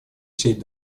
сеть